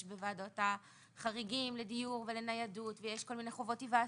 יש בוועדות החריגים לדיור ולניידות ויש כל מיני חובות היוועצות,